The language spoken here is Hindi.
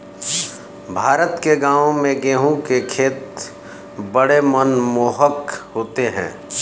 भारत के गांवों में गेहूं के खेत बड़े मनमोहक होते हैं